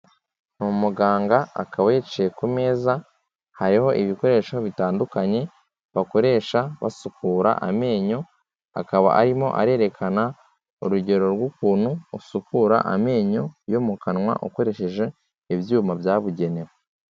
Ni umuganga akaba yicaye ku meza, hariho ibikoresho bitandukanye bakoresha basukura amenyo, akaba arimo arerekana urugero rw'ukuntu usukura amenyo yo mu kanwa, ukoresheje ibyuma byabugenewe.